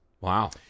Wow